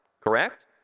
Correct